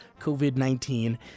COVID-19